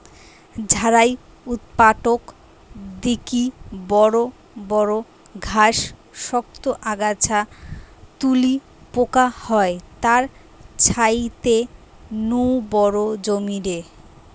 ঝাড়াই উৎপাটক দিকি বড় বড় ঘাস, শক্ত আগাছা তুলি পোকা হয় তার ছাইতে নু বড় জমিরে